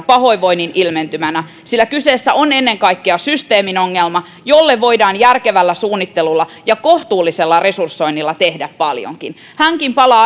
pahoinvoinnin ilmentymänä sillä kyseessä on ennen kaikkea systeemin ongelma jolle voidaan järkevällä suunnittelulla ja kohtuullisella resursoinnilla tehdä paljonkin hänkin palaa